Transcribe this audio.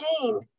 pain